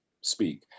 speak